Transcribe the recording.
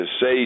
say